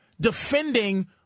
defending